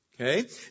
Okay